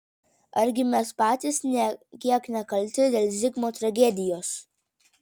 argi mes patys nė kiek nekalti dėl zigmo tragedijos